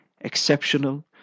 exceptional